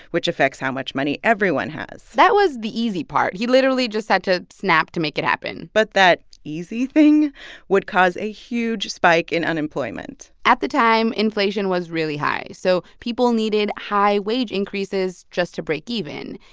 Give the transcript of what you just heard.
which affects how much money everyone has that was the easy part. he literally just had to snap to make it happen but that easy thing would cause a huge spike in unemployment at the time, inflation was really high, so people needed high wage increases just to break even.